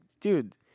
Dude